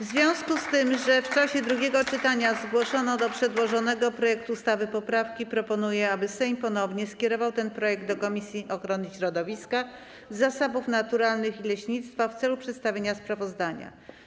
W związku z tym, że w czasie drugiego czytania zgłoszono do przedłożonego projektu ustawy poprawki, proponuję, aby Sejm ponownie skierował ten projekt do Komisji Ochrony Środowiska, Zasobów Naturalnych i Leśnictwa w celu przedstawienia sprawozdania.